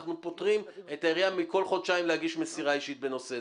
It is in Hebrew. אנחנו פוטרים את העירייה מלהגיש כל חודשיים מסירה אישית בנושא זה.